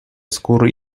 skóry